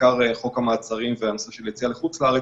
ובעיקר חוק המעצרים ונושא היציאה לחוץ-לארץ,